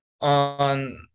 on